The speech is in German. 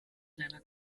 seiner